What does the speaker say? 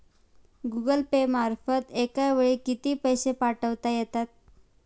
Google Pay मार्फत एका वेळी किती पैसे पाठवता येतात?